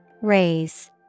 Raise